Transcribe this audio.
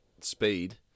speed